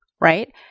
right